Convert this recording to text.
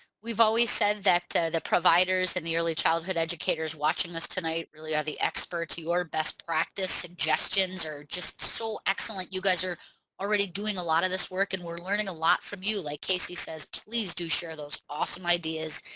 we've always said that the providers and the early childhood educators watching us tonight really are the experts. your best practice suggestions are just so excellent. you guys are already doing a lot of this work and we're learning a lot from you. like casey says please do share those awesome ideas.